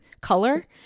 color